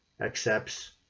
accepts